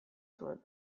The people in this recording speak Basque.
zuen